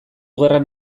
gerran